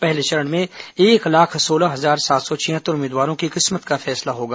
पहले चरण में एक लाख सोलह हजार सात सौ छिहत्तर उम्मीदवारों की किस्मत का फैसला होगा